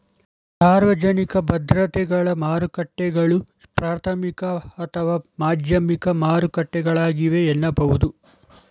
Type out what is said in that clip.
ಸಾರ್ವಜನಿಕ ಭದ್ರತೆಗಳ ಮಾರುಕಟ್ಟೆಗಳು ಪ್ರಾಥಮಿಕ ಅಥವಾ ಮಾಧ್ಯಮಿಕ ಮಾರುಕಟ್ಟೆಗಳಾಗಿವೆ ಎನ್ನಬಹುದು